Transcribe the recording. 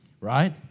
Right